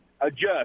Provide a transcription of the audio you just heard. Adjust